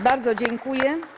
Bardzo dziękuję.